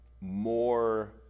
more